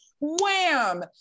Wham